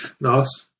nice